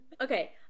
Okay